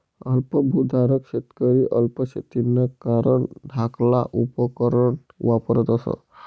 अल्प भुधारक शेतकरी अल्प शेतीना कारण धाकला उपकरणं वापरतस